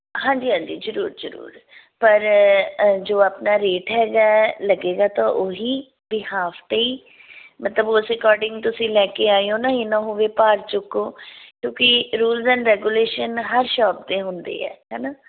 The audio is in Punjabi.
ਹਾਂਜੀ ਹਾਂਜੀ ਜ਼ਰੂਰ ਜ਼ਰੂਰ ਪਰ ਜੋ ਆਪਣਾ ਰੇਟ ਹੈਗਾ ਲੱਗੇਗਾ ਤਾਂ ਉਹ ਹੀ ਵੀ ਹਾਫ਼ 'ਤੇ ਹੀ ਮਤਲਬ ਉਸ ਅਕੋਡਿੰਗ ਤੁਸੀਂ ਲੈ ਕੇ ਆਏ ਹੋ ਨਾ ਇਹ ਨਾ ਹੋਵੇ ਭਾਰ ਚੁੱਕੋ ਕਿਉਂਕਿ ਰੂਲਸ ਐਂਡ ਰੇਗੁਲੇਸ਼ਨਸ ਹਰ ਸ਼ੋਪ 'ਤੇ ਹੁੰਦੀ ਹੈ ਹੈ ਨਾ